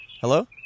Hello